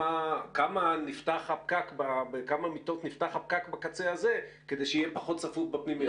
בכמה מיטות נפתח הפקק בקצה הזה כדי שיהיה פחות צפוף בפנימיות?